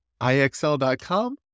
IXL.com